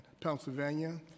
Pennsylvania